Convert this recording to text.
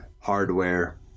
hardware